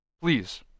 Please